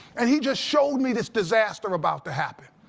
and he just showed me this disaster about to happen.